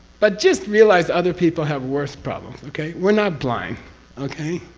but just realize other people have worse problems, okay? we're not blind okay?